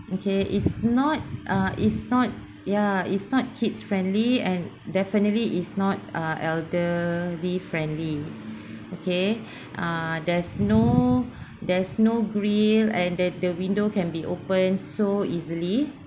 okay it's not uh it's not ya it's not kids friendly and definitely is not ah elderly friendly okay ah there's no there's no grill and that the window can be opened so easily